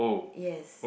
yes